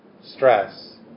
stress